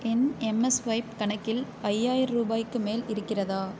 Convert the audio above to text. என் எம்எஸ்ஸ்வைப் கணக்கில் ஐயாயிரம் ரூபாய்க்கு மேல் இருக்கிறதா